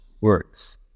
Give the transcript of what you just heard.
works